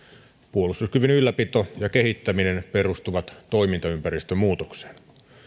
puolustuskyvyn ylläpito ja kehittäminen perustuvat toimintaympäristön muutokseen